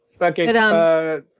okay